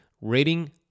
rating